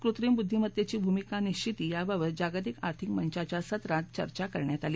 कृत्रिम बुद्धीमत्तेची भूमिका निश्चिती याबाबत जागतिक आर्थिक मंचाच्या सत्रात चर्चा करण्यात आली